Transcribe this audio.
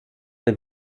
der